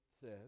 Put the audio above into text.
says